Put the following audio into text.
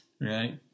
right